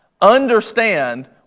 Understand